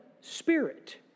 Spirit